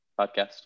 podcast